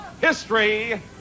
history